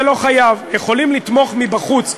זה לא חייב, יכולים לתמוך מבחוץ.